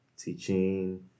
teaching